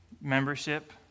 membership